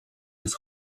jest